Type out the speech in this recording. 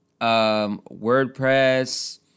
WordPress